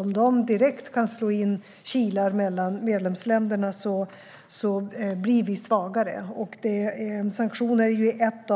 Om de direkt kan slå in kilar mellan medlemsländerna blir vi svagare. Sanktioner är ett